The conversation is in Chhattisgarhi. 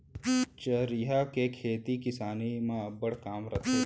चरिहा के खेती किसानी म अब्बड़ काम रथे